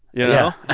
yeah